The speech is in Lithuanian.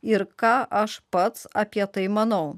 ir ką aš pats apie tai manau